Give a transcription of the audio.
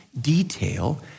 detail